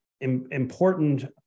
important